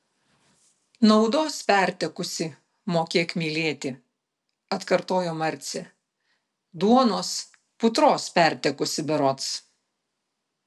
naudos pertekusi mokėk mylėti atkartojo marcė duonos putros pertekusi berods